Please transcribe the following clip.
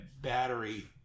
battery